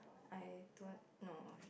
I don't know